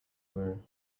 were